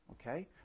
Okay